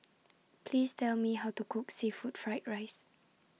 Please Tell Me How to Cook Seafood Fried Rice